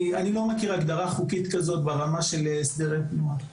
אני לא מכיר הגדרה חוקית כזאת ברמה של הסדרי תנועה.